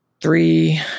Three